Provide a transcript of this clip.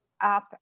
up